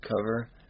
cover